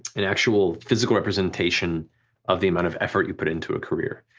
an actual physical representation of the amount of effort you put into a career.